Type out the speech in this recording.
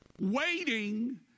Waiting